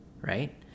right